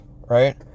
right